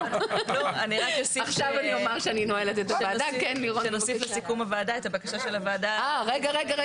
אני רק אומר שנוסיף לסיכום הוועדה את הבקשה של הוועדה --- סליחה,